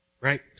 Right